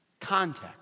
Context